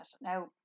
Now